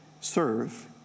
serve